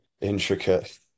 intricate